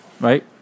Right